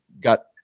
got